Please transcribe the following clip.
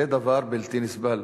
זה דבר בלתי נסבל.